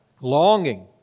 longing